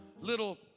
little